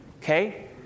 okay